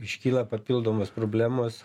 iškyla papildomos problemos